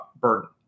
burden